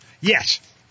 yes